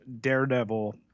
Daredevil